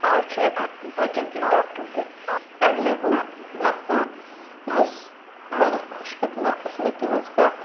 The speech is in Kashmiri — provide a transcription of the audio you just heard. آز چھِ اَتہِ بچن ہٕنٛدۍ ڈاکٹر تہِ اٮ۪وِلیبٕل آسان یُس واریاہ خۄش قٕسمٔتی ہٕنٛز کَتھ